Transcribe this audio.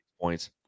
points